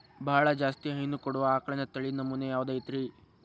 ಬಹಳ ಜಾಸ್ತಿ ಹೈನು ಕೊಡುವ ಆಕಳಿನ ತಳಿ ನಮೂನೆ ಯಾವ್ದ ಐತ್ರಿ?